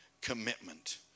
commitment